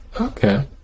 Okay